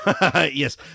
Yes